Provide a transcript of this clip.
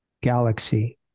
galaxy